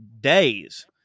days